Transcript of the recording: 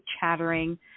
chattering